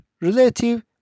relative